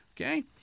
okay